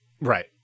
Right